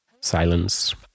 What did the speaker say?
silence